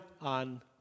on